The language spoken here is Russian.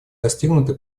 достигнуты